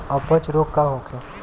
अपच रोग का होखे?